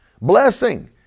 Blessing